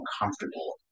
uncomfortable